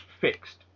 fixed